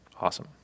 Awesome